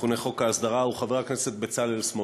המכונה חוק ההסדרה, הוא חבר הכנסת בצלאל סמוטריץ.